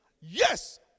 yes